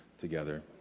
together